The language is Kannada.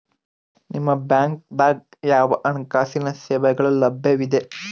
ನಿಮ ಬ್ಯಾಂಕ ದಾಗ ಯಾವ ಹಣಕಾಸು ಸೇವೆಗಳು ಲಭ್ಯವಿದೆ?